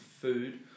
food